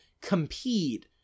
compete